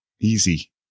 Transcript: easy